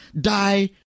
die